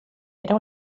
era